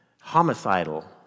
homicidal